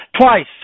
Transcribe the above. twice